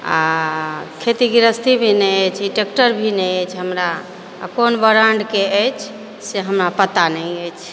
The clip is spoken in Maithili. आ खेती गृहस्थी भी नहि अछि ई ट्रेक्टर भी नहि अछि हमरा आ कोन ब्राण्डके अछि से हमरा पता नहि अछि